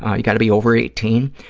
you've got to be over eighteen,